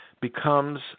becomes